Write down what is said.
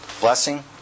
Blessing